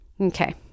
Okay